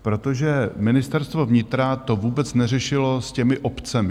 Protože Ministerstvo vnitra to vůbec neřešilo s těmi obcemi.